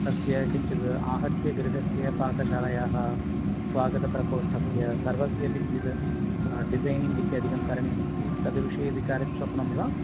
अस्य किञ्चिद् आहत्य गृहस्य पाकशालायाः स्वागतप्रकोष्ठस्य सर्वस्य अपि किञ्चित् डिसैनिङ् इत्यादिकं करणीयमस्ति तद् विषये विचारं शक्नोमि वा